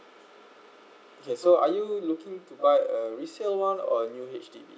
okay so are you looking to buy a resale one or new H_D_B